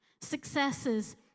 successes